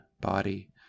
body